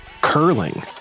curling